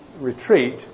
retreat